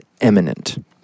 eminent